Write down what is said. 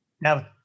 Now